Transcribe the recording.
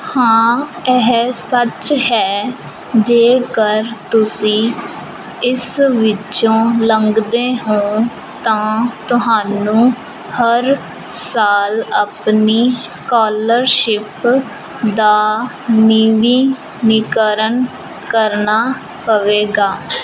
ਹਾਂ ਇਹ ਸੱਚ ਹੈ ਜੇਕਰ ਤੁਸੀਂ ਇਸ ਵਿੱਚੋਂ ਲੰਘਦੇ ਹੋਂ ਤਾਂ ਤੁਹਾਨੂੰ ਹਰ ਸਾਲ ਆਪਣੀ ਸਕਾਲਰਸ਼ਿਪ ਦਾ ਨਵੀਨੀਕਰਨ ਕਰਨਾ ਪਵੇਗਾ